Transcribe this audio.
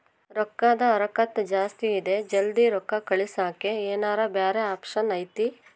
ರೊಕ್ಕದ ಹರಕತ್ತ ಜಾಸ್ತಿ ಇದೆ ಜಲ್ದಿ ರೊಕ್ಕ ಕಳಸಕ್ಕೆ ಏನಾರ ಬ್ಯಾರೆ ಆಪ್ಷನ್ ಐತಿ?